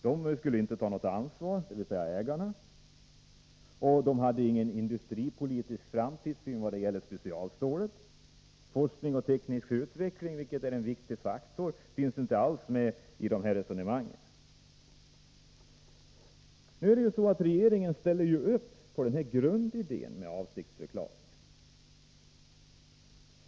Ägarna skulle inte ta något ansvar, och de hade ingen industripolitisk framtidssyn när det gällde specialstålet. Forskning och teknisk utveckling — vilket är en viktig faktor — finns inte alls med i det här resonemanget. Regeringen ställer upp på grundidén bakom avsiktsförklaringen.